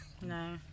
No